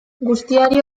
guztiari